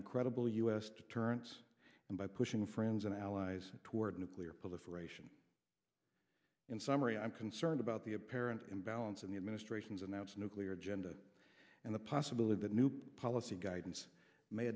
undermining credible u s deterrence and by pushing friends and allies toward nuclear proliferation in summary i'm concerned about the apparent imbalance in the administration's announced nuclear agenda and the possibility that new policy guidance may